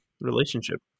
relationship